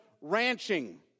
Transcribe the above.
ranching